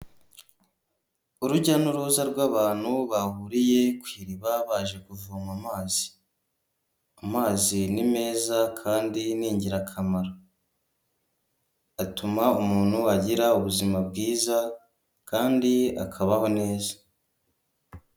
Urujya n'uruza rw'abantu bahuriye ku' iriba baje kuvoma amazi, amazi ni meza kandi n'ingirakamaro atuma umuntu agira ubuzima bwiza kandi akabaho neza.